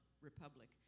Republic